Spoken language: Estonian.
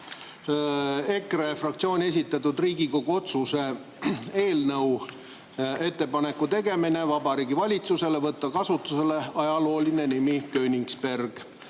EKRE fraktsiooni esitatud Riigikogu otsuse "Ettepaneku tegemine Vabariigi Valitsusele võtta kasutusele ajalooline nimi Königsberg"